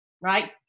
right